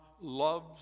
loves